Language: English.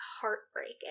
heartbreaking